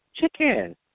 chicken